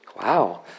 Wow